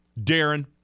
Darren